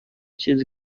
چیزی